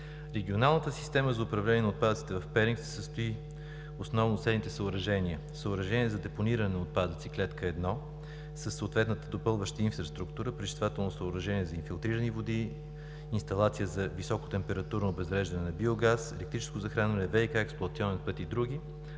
Регионалната система за управление на отпадъците в Перник се състои основно от следните съоръжения – съоръжение за депониране на отпадъците, клетка 1, със съответната допълваща инфраструктура, пречиствателно съоръжение за инфилтрирани води, инсталация за високо температурно обезвреждане на биогаз, електрическо захранване, ВиК-експлоатационен път и други,